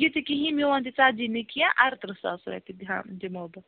یہِ تہِ کِہیٖنٛۍ میٛون تہِ ژتجی نہٕ کیٚنٛہہ اَرترٕٛہ ساس رۄپیہِ دِمہو بہٕ